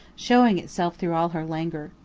showing itself through all her languor.